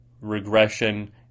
regression